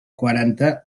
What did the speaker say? quaranta